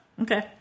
Okay